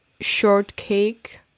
shortcake